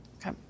Okay